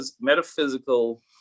metaphysical